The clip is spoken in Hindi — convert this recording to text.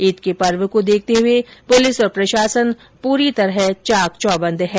ईद के पर्व को देखते हुए पुलिस और प्रशासन पूरी तरह चाक चौबन्द है